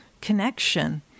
connection